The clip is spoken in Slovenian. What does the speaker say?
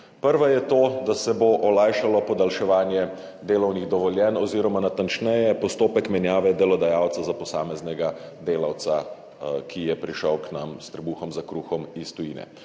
Prva je to, da se bo olajšalo podaljševanje delovnih dovoljenj oziroma natančneje postopek menjave delodajalca za posameznega delavca, ki je prišel k nam s trebuhom za kruhom iz tujine.